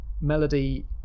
Melody